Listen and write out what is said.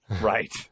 right